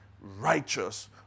righteous